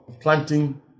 planting